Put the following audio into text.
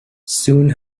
soon